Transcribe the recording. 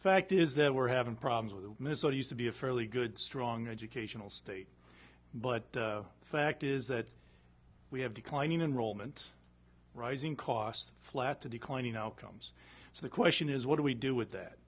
fact is that we're having problems with ms so used to be a fairly good strong educational state but the fact is that we have declining enrollment rising costs flat to declining outcomes so the question is what do we do with that